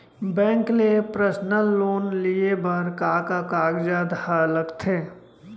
Bank ले personal loan लेये बर का का कागजात ह लगथे?